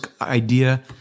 idea